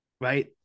Right